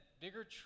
bigger